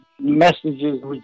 messages